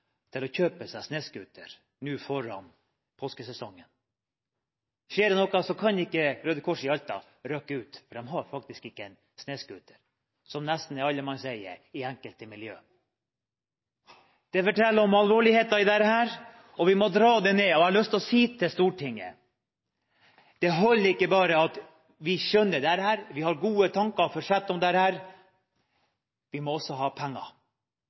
til, å kjøpe seg snøscooter nå foran påskesesongen. Skjer det noe, kan ikke Røde Kors i Alta rykke ut, fordi de har faktisk ikke en snøscooter, som nesten er allemannseie i enkelte miljøer. Det forteller om alvorligheten i dette. Jeg har lyst til å si til Stortinget: Det holder ikke bare at vi skjønner dette, og at vi har gode tanker og forsetter om dette, vi må også ha penger.